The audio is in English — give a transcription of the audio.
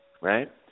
Right